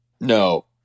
No